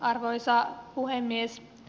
arvoisa puhemies